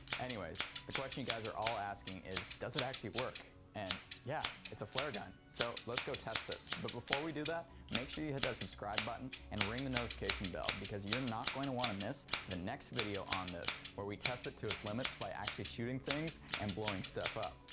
anyways the question you guys are all asking is does it actually work? and yeah, its a flare gun, so lets go test this. but before we do that, make sure you hit that subscribe button and ring that notification bell because you're not going to want and miss the next video on this. where we test it to its limits by actually shooting things and blowing stuff up.